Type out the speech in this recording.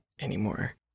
anymore